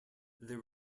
there